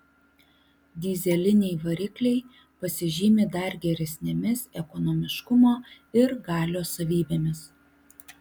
dyzeliniai varikliai pasižymi dar geresnėmis ekonomiškumo ir galios savybėmis